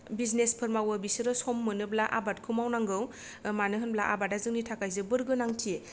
business for मावो बिसोरो सम मोनोब्ला आबादखौ मावनांगौ मानो होनब्ला आबादा जोंनि थाखाय जोबोर गोनांथि